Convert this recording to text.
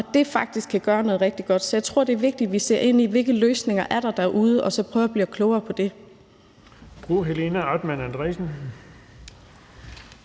og det kan faktisk gøre noget rigtig godt. Så jeg tror, det er vigtigt, at vi ser ind i, hvilke løsninger der er derude, og så prøver at blive klogere på det.